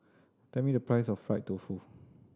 tell me the price of fried tofu